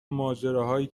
ماجراهایی